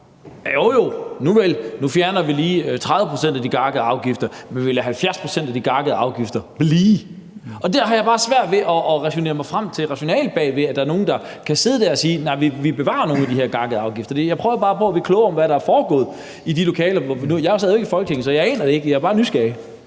nuvel, nu fjerner vi lige 30 pct. af de gakkede afgifter, men vi lader 70 pct. af de gakkede afgifter blive. Der har jeg bare svært ved at ræsonnere mig frem til et rationale bag ved, at der er nogen, der kan sidde der og sige: Nej, vi bevarer nogle af de her gakkede afgifter. Jeg prøver bare på at blive klogere på, hvad der er foregået i de lokaler, for jeg sad jo ikke i Folketinget, så jeg aner det ikke. Jeg er bare nysgerrig.